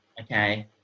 okay